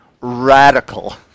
radical